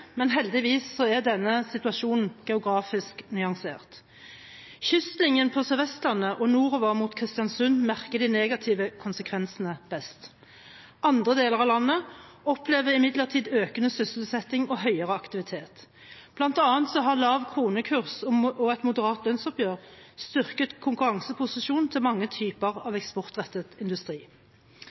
men heldigvis er denne situasjonen geografisk nyansert. Kystlinjen på Sør-Vestlandet og nordover mot Kristiansund merker de negative konsekvensene best. Andre deler av landet opplever imidlertid økende sysselsetting og høyere aktivitet. Blant annet har lav kronekurs og et moderat lønnsoppgjør styrket konkurranseposisjonen til mange typer eksportrettet industri.